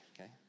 okay